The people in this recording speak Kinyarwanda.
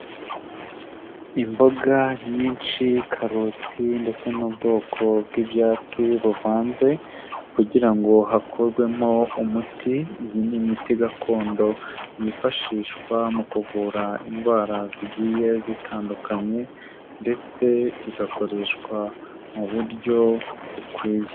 Imboga nyinshi, karoti ndetse n'ubwoko bw'ibyatsi buvanze kugira ngo hakurwemo umuti, iyi ni imiti gakondo yifashishwa mu kuvura indwara zigiye zitandukanye ndetse igakoreshwa mu buryo bukwiye.